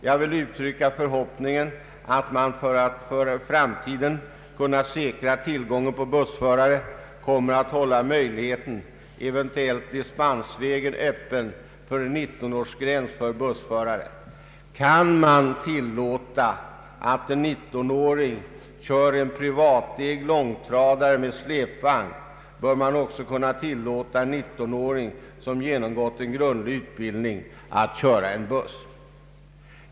Jag vill uttrycka förhoppningen att man för att för framtiden kunna säkra tillgången på bussförare kommer att hålla möjligheten, eventuellt dispensvägen, öppen för en 19-årsgräns för bussförare. Kan man tillåta att en 19-åring kör en privatägd långtradare med släpvagn, bör man också kunna tillåta en 19-åring som genomgått en grundlig utbildning att köra en buss.